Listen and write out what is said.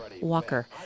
Walker